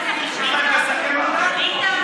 יסכם את הדיון.